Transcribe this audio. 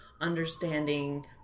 understanding